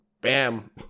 bam